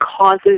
causes